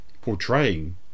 portraying